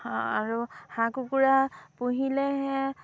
আৰু হাঁহ কুকুৰা পুহিলেহে